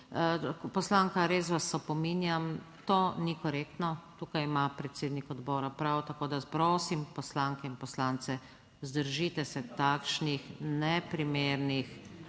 Poslanka, res vas opominjam, to ni korektno. Tukaj ima predsednik odbora prav, Tako da prosim poslanke in poslance, vzdržite se takšnih neprimernih